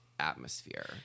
atmosphere